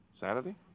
Saturday